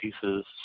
pieces